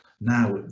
Now